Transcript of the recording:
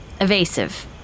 evasive